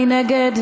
מי נגד?